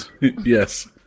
Yes